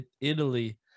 Italy